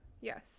Yes